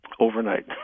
Overnight